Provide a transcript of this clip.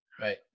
Right